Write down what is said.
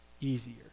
easier